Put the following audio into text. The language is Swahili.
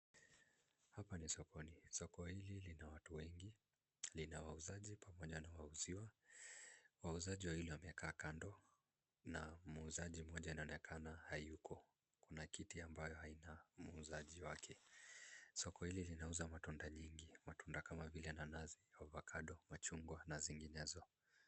Hapa ni sokoni. Soko hili lina watu wengi, linawauzaji pamoja na wauziwa. Wauzaji wawili wamekaa kando na muuzaji mmoja anaonekana hayuko. Kuna kiti ambayo haina muuzaji wake. Soko hili linauza matunda nyingi, matunda kama vile nanasi, avocado , machungwa na zinginezo.